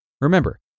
Remember